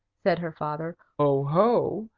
said her father. ho! ho!